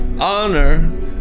honor